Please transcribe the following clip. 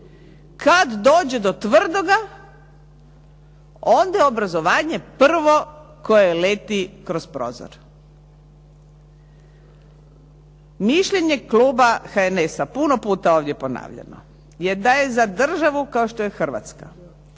Kad dođe do tvrdoga, onda je obrazovanje prvo koje leti kroz prozor. Mišljenje kluba HNS-a, puno puta ovdje ponavljano, je da je za državu kao što je Hrvatska